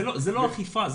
זה לא אכיפה.